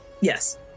Yes